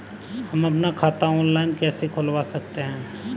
हम अपना खाता ऑनलाइन कैसे खुलवा सकते हैं?